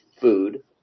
food